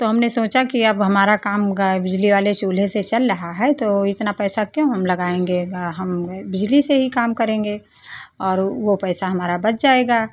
तो हमने सोचा कि अब हमारा काम बिजली वाले चूल्हे से चल रहा है तो इतना पैसा क्यों हम लगाएंगे हम बिजली से ही काम करेंगे और वो पैसा हमारा बच जाएगा